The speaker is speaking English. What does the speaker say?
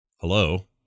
hello